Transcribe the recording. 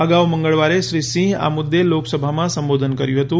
અગાઉ મંગળવારે શ્રી સિંહ આ મુદ્દે લોકસભામાં સંબોધન કર્યું હતું